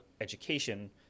education